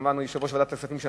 וכמובן יושב-ראש ועדת הכספים,